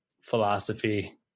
philosophy